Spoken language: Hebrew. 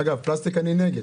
אגב, בפלסטיק אני נגד.